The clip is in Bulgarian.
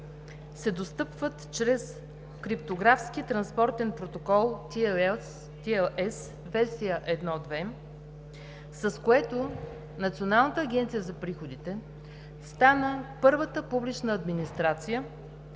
се достъпват чрез криптографски транспортен протокол, версия 1.2, с което Националната агенция за приходите стана първата публична администрация,